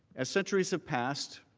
as centuries have passed,